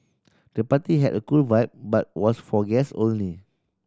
the party had a cool vibe but was for guest only